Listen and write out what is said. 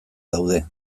daude